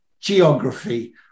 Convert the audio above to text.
geography